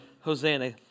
Hosanna